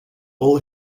all